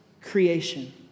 creation